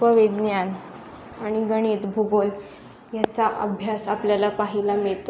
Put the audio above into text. उपविज्ञान आणि गणित भूगोल याचा अभ्यास आपल्याला पाहिला मिळतो